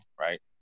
Right